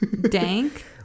Dank